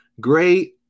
great